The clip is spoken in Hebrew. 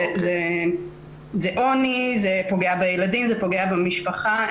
זה עוני, זה פוגע בילדים, זה פוגע במשפחה.